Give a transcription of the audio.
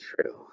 true